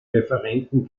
referenten